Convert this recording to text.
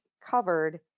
covered